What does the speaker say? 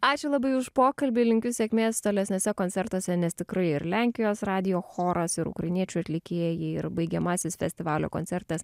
ačiū labai už pokalbį linkiu sėkmės tolesniuose koncertuose nes tikrai ir lenkijos radijo choras ir ukrainiečių atlikėjai ir baigiamasis festivalio koncertas